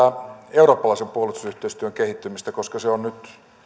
tästä eurooppalaisen puolustusyhteistyön kehittymisestä koska se on nyt